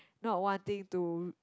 not wanting to